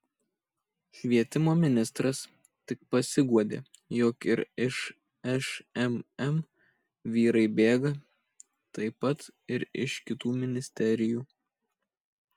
švietimo ministras tik pasiguodė jog ir iš šmm vyrai bėga taip pat ir iš kitų ministerijų